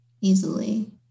easily